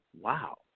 wow